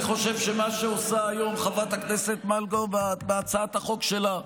אני חושב שמה שעושה היום חברת הכנסת מלקו בהצעת החוק שלה,